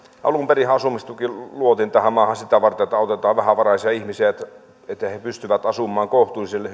alun perinhän asumistuki luotiin tähän maahan sitä varten että autetaan vähävaraisia ihmisiä että he pystyvät asumaan kohtuullisen